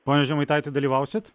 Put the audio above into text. pone žemaitaiti dalyvausit